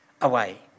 away